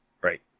Right